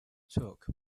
took